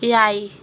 ᱮᱭᱟᱭ